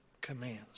commands